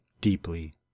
Deeply